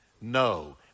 No